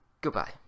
goodbye